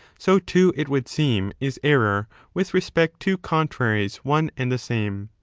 so, too, it would seem, is error with respect to contraries one and the same.